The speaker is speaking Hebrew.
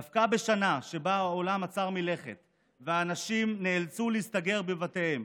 דווקא בשנה שבה העולם עצר מלכת ואנשים נאלצו להסתגר בבתיהם,